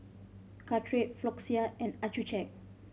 Caltrate Floxia and Accucheck